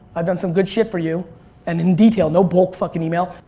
i've done some good shit for you and in detail, no bulk fuckin' email.